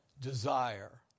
desire